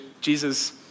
Jesus